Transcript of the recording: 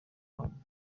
hano